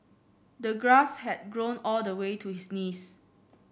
the grass had grown all the way to his knees